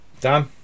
Dan